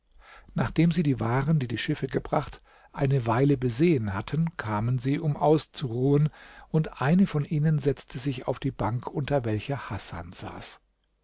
nachdem sie die waren die die schiffe gebracht eine weile besehen hatten kamen sie um auszuruhen und eine von ihnen setzte sich auf die bank unter welcher hasan saß